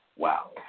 Wow